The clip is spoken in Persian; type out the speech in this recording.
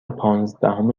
پانزدهم